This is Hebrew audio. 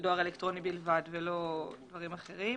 דואר אלקטרוני בלבד ולא דברים אחרים.